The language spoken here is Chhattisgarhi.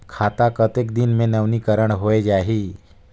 खाता कतेक दिन मे नवीनीकरण होए जाहि??